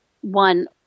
one